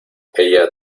ella